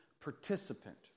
participant